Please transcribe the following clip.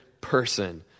person